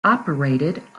operated